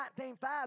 19.5